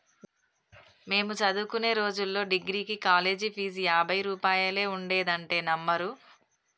మేము చదువుకునే రోజుల్లో డిగ్రీకి కాలేజీ ఫీజు యాభై రూపాయలే ఉండేదంటే నమ్మరు